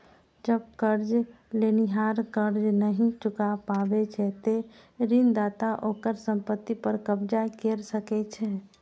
जब कर्ज लेनिहार कर्ज नहि चुका पाबै छै, ते ऋणदाता ओकर संपत्ति पर कब्जा कैर सकै छै